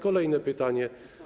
Kolejne pytanie.